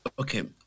Okay